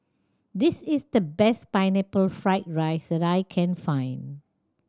this is the best Pineapple Fried rice that I can find